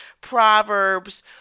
Proverbs